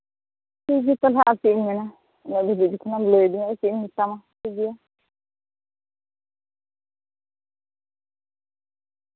ᱴᱷᱤᱠᱜᱮᱭᱟ ᱛᱟᱞᱦᱮ ᱟᱨ ᱪᱮᱫ ᱤᱧ ᱢᱮᱱᱟ ᱧᱮᱞ ᱦᱩᱭᱩᱜᱼᱟ ᱡᱚᱠᱷᱚᱱᱮᱢ ᱞᱟᱹᱭᱭᱟᱫᱤᱧᱟ ᱪᱮᱫ ᱤᱧ ᱢᱮᱛᱟᱢᱟ ᱴᱷᱤᱠ ᱜᱮᱭᱟ